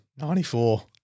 94